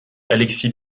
alexis